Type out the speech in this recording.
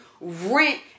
rent